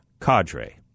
cadre